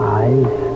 eyes